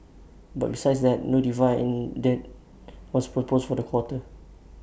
but besides that no dividend was proposed for the quarter